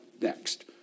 next